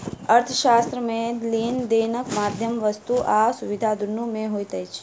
अर्थशास्त्र मे लेन देनक माध्यम वस्तु आ सुविधा दुनू मे होइत अछि